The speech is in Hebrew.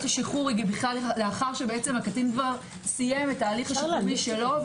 השחרור היא לאחר שהקטין כבר סיים את תהליך הטיפול שלו.